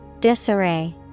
Disarray